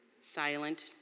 silent